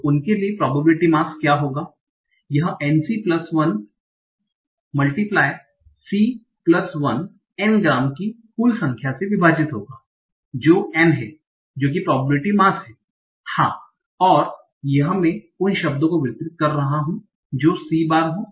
तो उनके लिए probability mass क्या होगा यह N c प्लस 1 गुना c प्लस 1 N ग्राम की कुल संख्या से विभाजित होंगा है जो N हैं जो कि probability mass है हां और यह मैं उन शब्दों को वितरित कर रहा हूं जो c बार हो